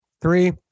three